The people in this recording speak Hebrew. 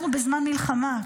אנחנו בזמן מלחמה.